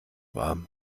war